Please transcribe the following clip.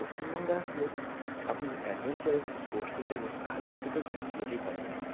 পশ্চিমবঙ্গে আসলে আপনি অ্যাডভেঞ্চারাস স্পোর্টস হিসেবে খালি হাতে তো যেতেই পারবেন না